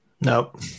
Nope